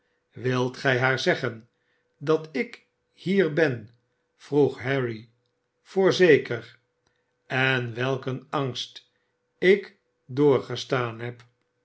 wilt gij haar zeggen dat ik hier ben vroeg harry voorzeker en welk een angst ik doorgestaan heb